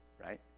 right